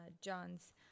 John's